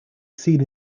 seen